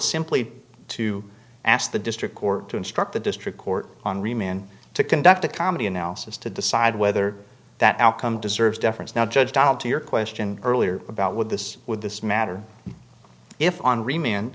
simply to ask the district court to instruct the district court on remand to conduct a comedy analysis to decide whether that outcome deserves deference not judge donald to your question earlier about would this would this matter if